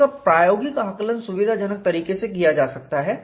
इसका प्रायोगिक आकलन सुविधाजनक तरीके से किया जा सकता है